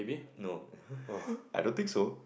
no I don't think so